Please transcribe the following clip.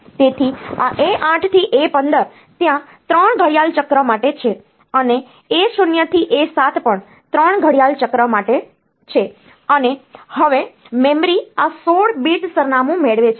તેથી આ A8 થી A15 ત્યાં 3 ઘડિયાળ ચક્ર માટે છે અને A0 થી A7 પણ 3 ઘડિયાળ ચક્ર માટે છે અને હવે મેમરી આ 16 bit સરનામું મેળવે છે